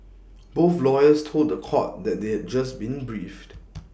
both lawyers told The Court that they had just been briefed